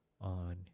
on